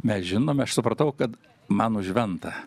mes žinome aš supratau kad mano žventa